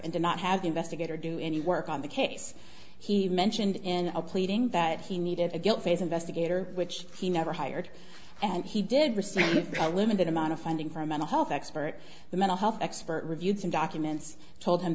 did not have the investigator do any work on the case he mentioned in a pleading that he needed a guilt phase investigator which he never hired and he did receive a limited amount of funding for mental health expert the mental health expert reviewed some documents told him